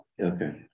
Okay